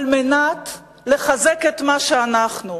על מנת לחזק את מה שאנחנו.